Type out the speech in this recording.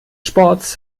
sports